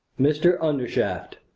mr undershaft.